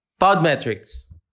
Podmetrics